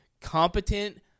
competent